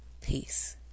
Peace